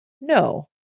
No